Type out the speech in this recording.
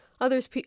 others